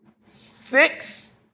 six